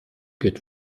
geht